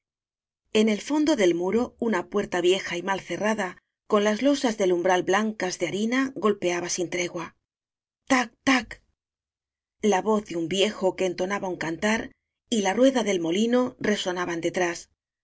en el fondo del muro una puerta vieja y mal cerrada con las losas del umbral blancas de harina gol peaba sin tregua tac tac la voz de un viejo que entonaba un cantar y la rueda del molino resonaban detrás á